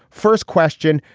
first question,